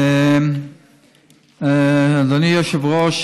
אדוני היושב-ראש,